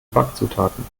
backzutaten